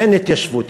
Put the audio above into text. אין התיישבות,